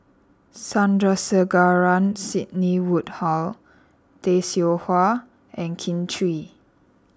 Sandrasegaran Sidney Woodhull Tay Seow Huah and Kin Chui